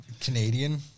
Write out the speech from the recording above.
Canadian